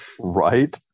right